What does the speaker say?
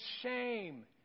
shame